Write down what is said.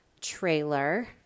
trailer